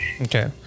Okay